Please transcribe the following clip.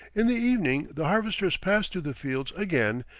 in the evening the harvesters pass through the fields again,